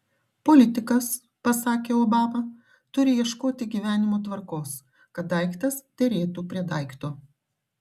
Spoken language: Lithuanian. politikas pasakė obama turi ieškoti gyvenimo tvarkos kad daiktas derėtų prie daikto